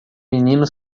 menino